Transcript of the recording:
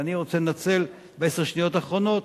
ואני רוצה לנצל את עשר השניות האחרונות